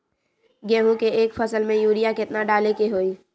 गेंहू के एक फसल में यूरिया केतना डाले के होई?